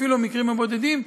אפילו המקרים הבודדים,